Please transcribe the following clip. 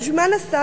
אז בשביל מה נסעתם?